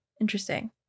Interesting